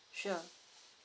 sure